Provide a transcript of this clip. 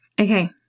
okay